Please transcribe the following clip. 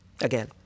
again